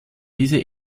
diese